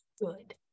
good